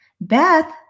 beth